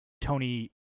Tony